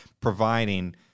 providing